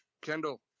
Kendall